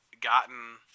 gotten